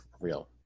real